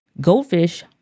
goldfish